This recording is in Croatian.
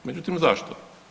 Međutim zašto?